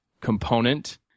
component